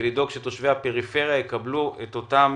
ולדאוג שתושבי הפריפריה יקבלו אותם